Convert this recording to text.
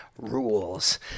rules